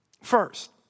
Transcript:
First